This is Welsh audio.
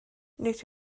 nid